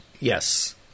Yes